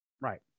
Right